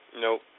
Nope